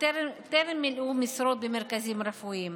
וטרם מילאו משרות במרכזים רפואיים,